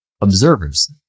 observers